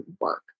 work